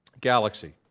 galaxy